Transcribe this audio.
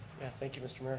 thank you mr.